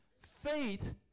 faith